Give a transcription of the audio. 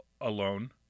alone